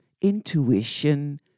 intuition